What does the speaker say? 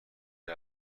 این